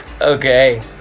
Okay